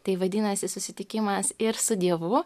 tai vadinasi susitikimas ir su dievu